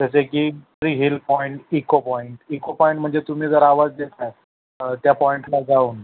जसे की free hill points echo point echo point म्हणजे तुम्ही जर आवाज देताय त्या पॉईंटला जाऊन